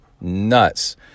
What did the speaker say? nuts